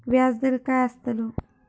व्याज दर काय आस्तलो?